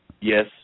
Yes